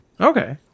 Okay